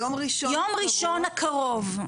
יום ראשון הקרוב,